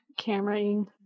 cameraing